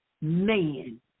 man